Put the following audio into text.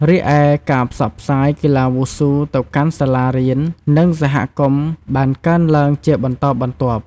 រីឯការផ្សព្វផ្សាយកីឡាវ៉ូស៊ូទៅកាន់សាលារៀន និងសហគមន៍បានកើនឡើងជាបន្តបន្ទាប់។